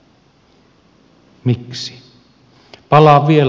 palaan vielä aikatauluun